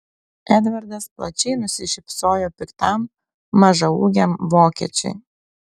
edvardas plačiai nusišypsojo piktam mažaūgiam vokiečiui